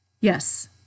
Yes